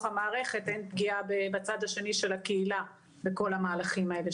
המערכת אין פגיעה בצד השני של הקהילה בכל המהלכים האלה,